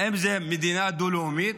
האם זה מדינה דו-לאומית?